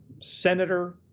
senator